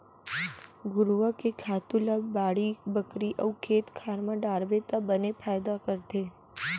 घुरूवा के खातू ल बाड़ी बखरी अउ खेत खार म डारबे त बने फायदा करथे